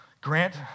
Grant